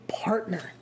partner